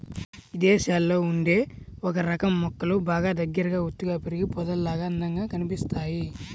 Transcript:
ఇదేశాల్లో ఉండే ఒకరకం మొక్కలు బాగా దగ్గరగా ఒత్తుగా పెరిగి పొదల్లాగా అందంగా కనిపిత్తయ్